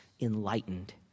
...enlightened